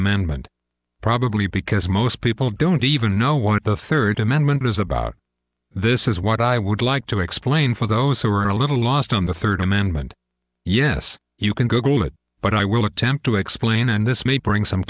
amendment probably because most people don't even know what the third amendment is about this is what i would like to explain for those who are a little lost on the third amendment yes you can google it but i will attempt to explain and this may bring some